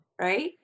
Right